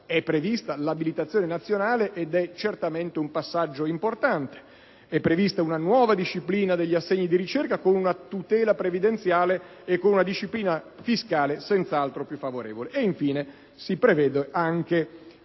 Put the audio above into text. È prevista l'abilitazione nazionale, ed è certamente questo un passaggio importante. È prevista una nuova disciplina degli assegni di ricerca, con una tutela previdenziale e una disciplina fiscale senz'altro più favorevole. Infine, si prevede la